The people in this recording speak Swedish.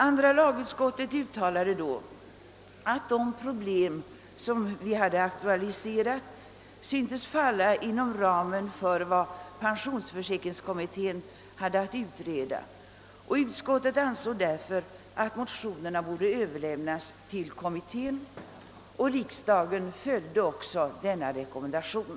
Andra lagutskottet uttalade år 1964 att de problem som vi hade aktualiserat syntes falla inom ramen för vad pensionsförsäkringskommittén hade «att utreda. Utskottet ansåg därför att mo tionerna borde överlämnas till kommittén, och riksdagen följde denna rekommendation.